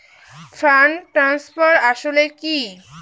Fund transfer আসলে কী?